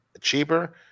Cheaper